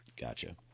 Gotcha